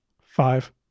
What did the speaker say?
Five